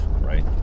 right